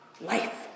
Life